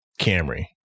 Camry